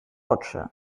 oczy